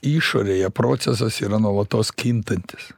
išorėje procesas yra nuolatos kintantis